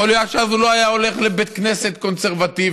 יכול להיות שאז הוא לא היה הולך לבית כנסת קונסרבטיבי.